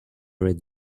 red